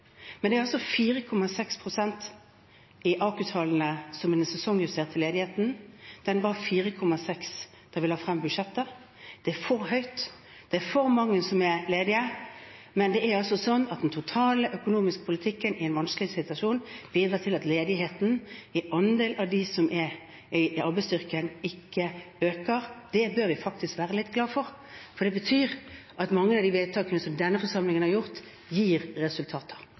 Men det er altså 4,6 pst. i AKU-tallene, som er den sesongjusterte ledigheten – det var 4,6 pst. da vi la frem budsjettet. Det er for høyt, det er for mange som er ledige, men det er altså sånn at den totale økonomiske politikken i en vanskelig situasjon bidrar til at ledigheten i andel av arbeidsstyrken ikke øker. Det bør vi faktisk være litt glad for, for det betyr at mange av de vedtakene som denne forsamlingen har gjort, gir resultater.